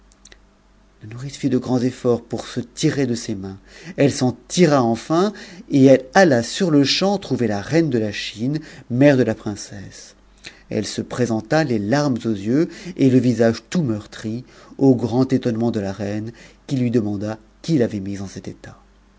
la nourrice fit de grands efforts pour se tirer de ses mains et elle alla sur-le-champ trouver la reine de la chine mère de j jt esse elle se présenta les larmes aux yeux et le visage tout t j au grand ëtonnement de la reine qui lui demanda qui l'avait ntisc ell cet état